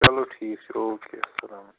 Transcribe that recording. چلو ٹھیٖک چھُ او کے اسلام